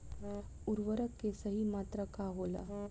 उर्वरक के सही मात्रा का होला?